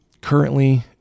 Currently